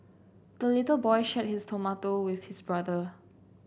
the little boy shared his tomato with his brother